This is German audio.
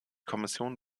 kommission